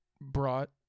brought